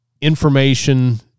information